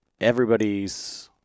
everybody's